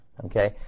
Okay